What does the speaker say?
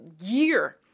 year